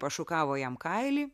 pašukavo jam kailį